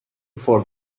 for